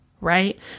right